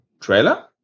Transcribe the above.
trailer